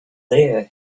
there